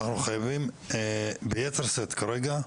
אנחנו חייבים ביתר שאת כרגע,